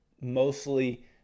mostly